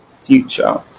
future